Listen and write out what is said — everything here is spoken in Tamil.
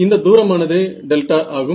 இந்த தூரமானது ஆகும்